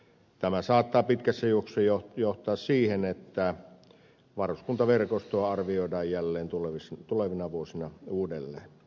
tämä saattaa pitkässä juoksussa johtaa siihen että varuskuntaverkostoa arvioidaan jälleen tulevina vuosina uudelleen